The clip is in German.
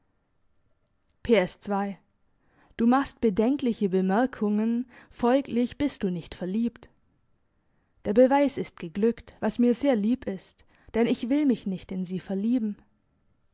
ii du machst bedenkliche bemerkungen folglich bist du nicht verliebt der beweis ist geglückt was mir sehr lieb ist denn ich will mich nicht in sie verlieben